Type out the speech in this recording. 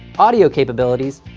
audio capabilities,